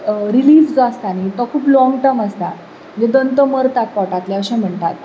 relief जो आसता न्ही तो खूब लाँग टर्म आसता दंत मरतात पोटांतले अशें म्हणटात